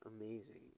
amazing